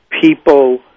people